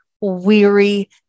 weary